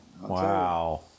Wow